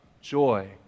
joy